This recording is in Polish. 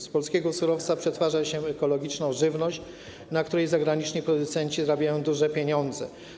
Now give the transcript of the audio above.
Z polskiego surowca przetwarza się ekologiczną żywność, na której zagraniczni producenci zarabiają duże pieniądze.